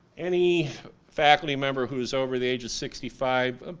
any faculty member who was over the age of sixty five,